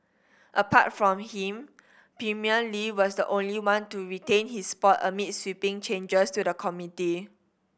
apart from him Premier Li was the only one to retain his spot amid sweeping changes to the committee